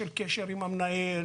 של קשר עם המנהל,